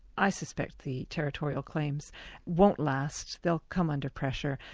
i suspect the territorial claims won't last, they'll come under pressure,